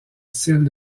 style